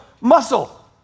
muscle